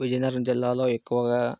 విజయనగరం జిల్లాలో ఎక్కువగా